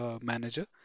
manager